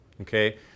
Okay